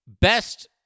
best